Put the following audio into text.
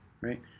right